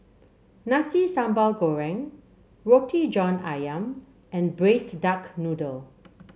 Nasi Sambal Goreng Roti John ayam and Braised Duck Noodle